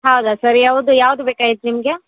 ಹೌದಾ ಸರ್ ಯಾವುದು ಯಾವುದು ಬೇಕಾಗಿತ್ತು ನಿಮಗೆ